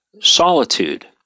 solitude